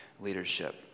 leadership